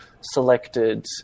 selected